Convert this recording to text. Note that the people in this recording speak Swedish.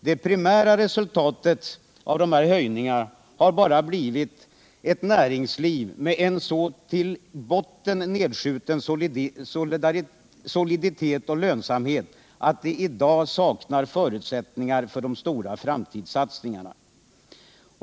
Det primära resultatet av de här höjningarna har bara blivit ett näringsliv med en så till botten nedskjuten soliditet och lönsamhet att vi i dag saknar förutsättningar för de stora framtidssatsningarna.